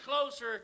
closer